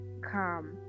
come